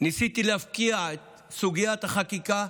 ניסיתי להבקיע את סוגיית החקיקה,